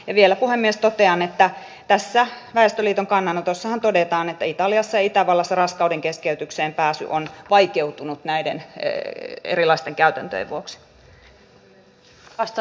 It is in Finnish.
ja vielä puhemies totean että tässä väestöliiton kannanotossahan todetaan että italiassa ja itävallassa raskaudenkeskeytykseen pääsy on vaikeutunut näiden erilaisten käytäntöjen vuoksi